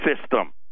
system